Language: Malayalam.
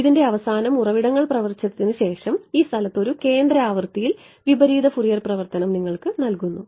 ഇതിൻറെ അവസാനം ഉറവിടങ്ങൾ പ്രവർത്തിച്ചതിന് ശേഷം ഈ സ്ഥലത്ത് ഒരു കേന്ദ്ര ആവൃത്തിയിൽ വിപരീത ഫുറിയർ പരിവർത്തനം നിങ്ങൾക്ക് നൽകുന്നു